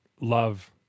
love